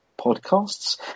podcasts